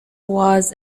was